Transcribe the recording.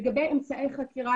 לגבי אמצעי חקירה,